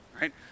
right